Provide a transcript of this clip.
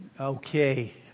Okay